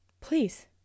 Please